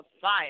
Fire